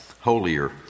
holier